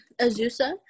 Azusa